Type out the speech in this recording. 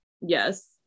yes